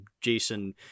Jason